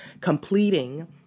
completing